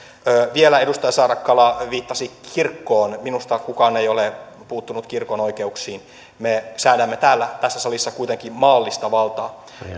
vielä edustaja saarakkala viittasi kirkkoon minusta kukaan ei ole puuttunut kirkon oikeuksiin me säädämme täällä tässä salissa kuitenkin maallista valtaa